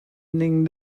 ning